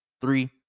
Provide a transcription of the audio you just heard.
Three